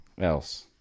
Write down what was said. else